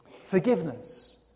forgiveness